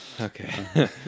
okay